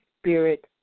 spirit